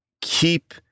keep